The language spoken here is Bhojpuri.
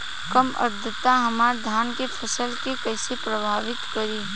कम आद्रता हमार धान के फसल के कइसे प्रभावित करी?